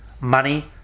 Money